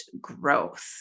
growth